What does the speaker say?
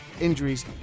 injuries